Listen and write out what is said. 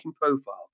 profile